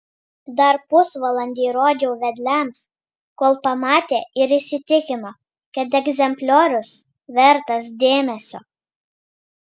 dar pusvalandį rodžiau vedliams kol pamatė ir įsitikino kad egzempliorius vertas dėmesio